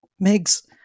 Megs